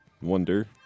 Wonder